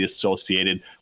associated